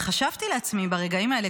וחשבתי לעצמי ברגעים האלה,